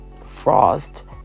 Frost